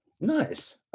Nice